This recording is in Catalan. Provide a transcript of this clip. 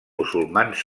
musulmans